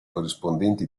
corrispondenti